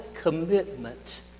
commitment